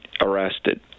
arrested